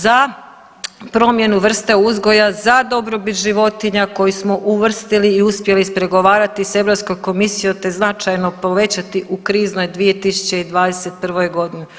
Za promjenu vrste uzgoja, za dobrobit životinja koji smo uvrstili i uspjeli ispregovarati sa Europskom komisijom, te značajno povećati u kriznoj 2021. godini.